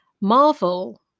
Marvel